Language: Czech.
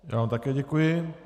Já vám také děkuji.